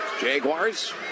Jaguars